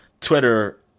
Twitter